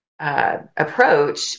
approach